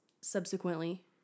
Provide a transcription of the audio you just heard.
subsequently